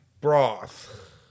broth